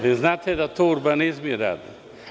Vi znate da to urbanizmi rade.